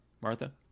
Martha